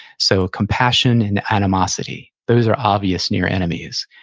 so compassion and animosity, those are obvious near enemies.